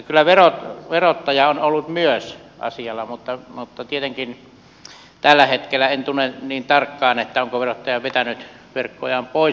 kyllä verottaja on ollut myös asialla mutta tietenkään tällä hetkellä en tunne niin tarkkaan onko verottaja vetänyt verkkojaan pois